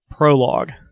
Prologue